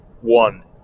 one